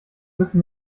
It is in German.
müssen